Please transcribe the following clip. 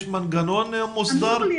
יש מנגנון מוסדר?